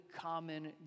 common